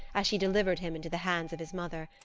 as she delivered him into the hands of his mother.